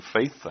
faith